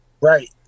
Right